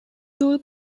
tool